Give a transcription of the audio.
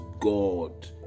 god